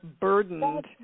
burdened